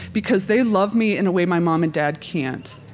because they love me in a way my mom and dad can't.